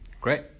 great